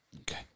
Okay